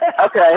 Okay